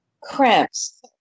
Cramps